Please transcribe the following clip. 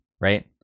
Right